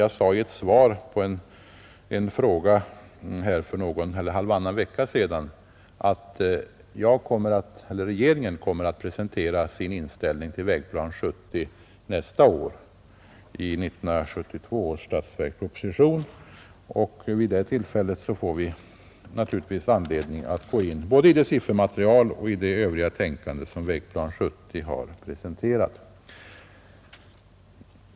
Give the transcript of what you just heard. Jag sade som svar på en fråga för halvannan vecka sedan att regeringen kommer att presentera sin inställning till Vägplan 70 nästa år, i 1972 års statsverksproposition. Vid det tillfället får vi naturligtvis anledning att gå in i det siffermaterial och det övriga tänkande som presenteras i Vägplan 70.